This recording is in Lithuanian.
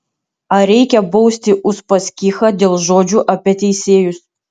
ar reikia bausti uspaskichą dėl žodžių apie teisėjus